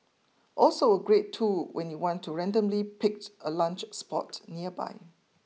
also a great tool when you want to randomly picked a lunch spot nearby